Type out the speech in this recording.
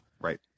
Right